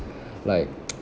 like